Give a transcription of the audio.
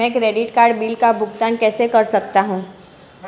मैं credit card bill का भुगतान कैसे कर सकता हूं?